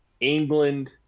England